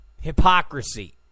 Hypocrisy